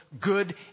good